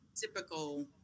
typical